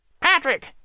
Patrick